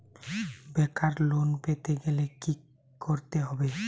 বেকার লোন পেতে গেলে কি করতে হবে?